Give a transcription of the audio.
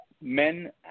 men